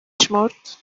شمرد